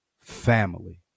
family